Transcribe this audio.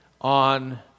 on